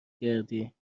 کردی